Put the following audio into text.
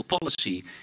policy